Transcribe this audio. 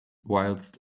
whilst